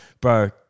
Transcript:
bro